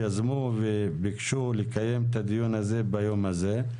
יזמו וביקשו לקיים את הדיון הזה ביום הזה.